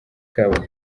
kabo